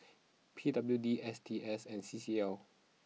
P W D S T S and C C L